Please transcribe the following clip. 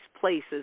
places